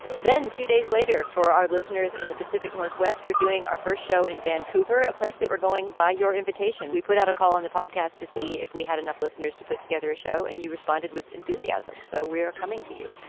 then two days later for our listeners in the pacific northwest we're doing our first show in vancouver a place that we're going by your invitation. we put out a call on the podcast to see if we had enough listeners to put together a show and you responded with enthusiasm. so we're coming to you.